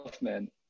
man